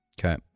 Okay